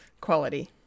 Quality